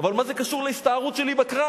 אבל מה זה קשור להסתערות שלי בקרב?